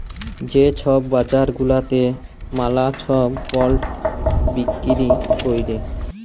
যে ছব বাজার গুলাতে ম্যালা ছব বল্ড বিক্কিরি ক্যরে